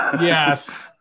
Yes